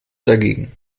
dagegen